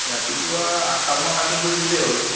ৰাতিপুৱা আঠটা মানত কাটিং কৰি দিলে হ'ল